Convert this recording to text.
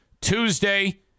Tuesday